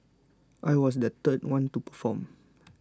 I was the third one to perform